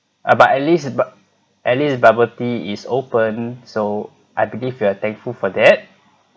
but at least bu~ at least bubble tea is open so I believe we are thankful for that